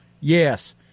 Yes